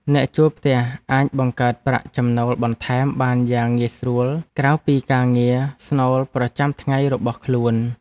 អ្នកជួលផ្ទះអាចបង្កើតប្រាក់ចំណូលបន្ថែមបានយ៉ាងងាយស្រួលក្រៅពីការងារស្នូលប្រចាំថ្ងៃរបស់ខ្លួន។